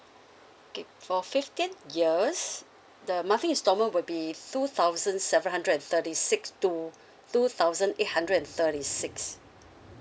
okay for fifteen years the monthly installment would be two thousand seven hundred and thirty six to two thousand eight hundred and thirty six